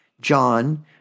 John